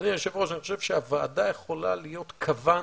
אדוני היו"ר, אני חושב שהוועדה יכולה להיות קוון